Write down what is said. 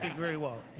and very well.